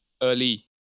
early